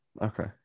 Okay